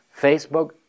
Facebook